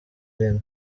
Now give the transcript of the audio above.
remy